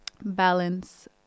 balance